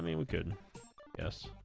i mean we could yes